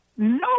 No